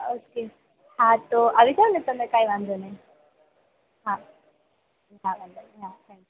okay હા તો આવી જાઓને તમે કંઈ વાંધો નહીં હા હા વાંધો નહીં હા થેંક્યું